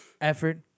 effort